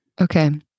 Okay